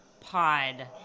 pod